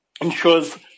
ensures